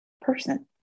person